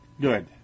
good